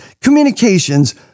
communications